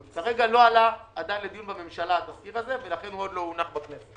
הוא עדיין לא עלה לדיון בממשלה ולכן הוא עוד לא הונח בכנסת.